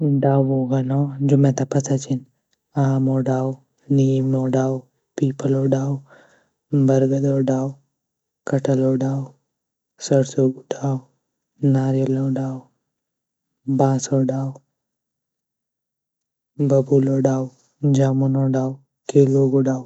डाऊँ ग नौ जू मेता पता छीन आमों डाऊ, निमो डाऊ, पीपलों डाऊ, बरगदो डाऊ, कटहलो डाऊ, सरसों ग डाऊ, नारियलो डाऊ, बांसों डाऊ, बबूलो डाऊ, जमूनो डाऊ, केलो गू डाऊ।